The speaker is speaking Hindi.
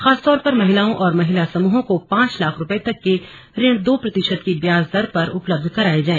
खासतौर पर महिलाओं और महिला समूहों को पांच लाख रूपये तक के ऋण दो प्रतिशत की ब्याज दर पर उपलब्ध कराया जाए